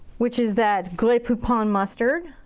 which is that grey poupon mustard.